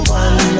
one